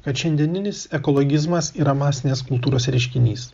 kad šiandieninis ekologizmas yra masinės kultūros reiškinys